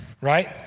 right